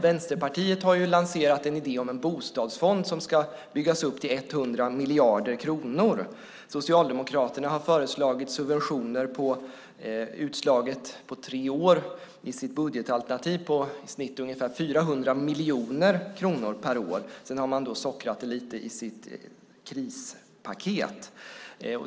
Vänsterpartiet har lanserat en idé om en bostadsfond som ska byggas upp till 100 miljarder kronor. Socialdemokraterna har i sitt budgetalternativ föreslagit subventioner utslagna på tre år på i snitt ungefär 400 miljoner kronor per år. Sedan har man sockrat det lite i sitt krispaket.